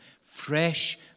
fresh